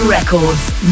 Records